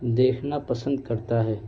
دیکھنا پسند کرتا ہے